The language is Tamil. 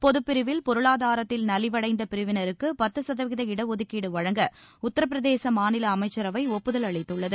பொதுப்பிரிவில் பொருளாதாரத்தில் நலிவடைந்த பிரிவினருக்கு பத்து சதவீத இடஒதுக்கீடு வழங்க உத்தரப்பிரதேச மாநில அமைச்சரவை ஒப்புதல் அளித்துள்ளது